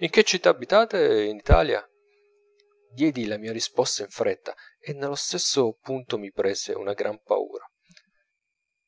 in che città abitate in italia diedi la mia risposta in fretta e nello stesso punto mi prese una grande paura